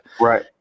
right